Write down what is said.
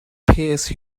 pearce